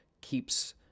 keeps